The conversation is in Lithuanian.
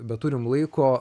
beturim laiko